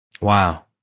Wow